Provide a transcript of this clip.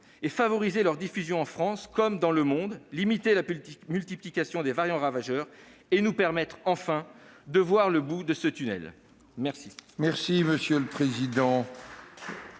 et favoriser leur diffusion en France comme dans le monde, limiter la multiplication des variants ravageurs, et nous permettre de voir, enfin, le bout du tunnel ?